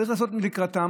צריך לעשות לקראתם.